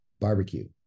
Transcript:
barbecue